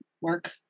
work